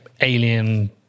alien